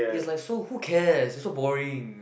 is like so who cares is so boring